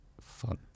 fun